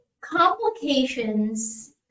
complications